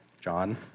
John